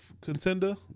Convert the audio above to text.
contender